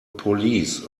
police